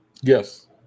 Yes